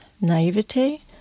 naivety